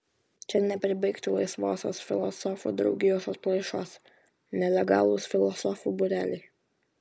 čia nepribaigti laisvosios filosofų draugijos atplaišos nelegalūs filosofų būreliai